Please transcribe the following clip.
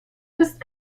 ist